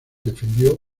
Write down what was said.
defendió